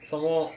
some more